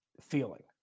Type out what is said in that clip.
feeling